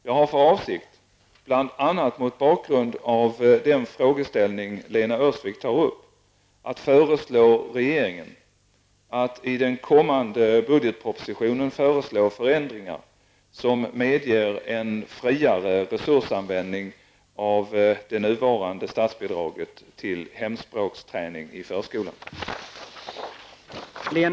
Jag har för avsikt, bl.a. mot bakgrund av den frågeställning Lena Öhrsvik tar upp, att föreslå regeringen att i den kommande budgetpropositionen föreslå förändringar som medger en friare resursanvändning av det nuvarande statsbidraget till hemspråksträning i förskolan.